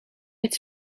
het